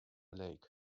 lake